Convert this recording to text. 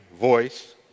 voice